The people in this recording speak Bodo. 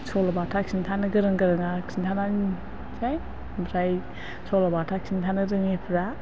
सल' बाथा खिन्थानो गोरों गोरोंआ खिन्थानानै होनोसै ओमफ्राय सल' बाथा खिन्थानो रोङैफ्रा